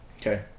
Okay